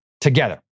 together